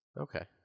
Okay